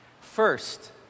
First